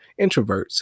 introverts